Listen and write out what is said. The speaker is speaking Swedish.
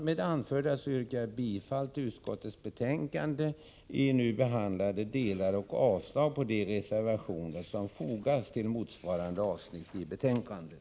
Med det anförda yrkar jag bifall till utskottets hemställan i nu behandlade delar och avslag på de reservationer som har fogats till motsvarande avsnitt i betänkandet.